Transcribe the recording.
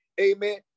Amen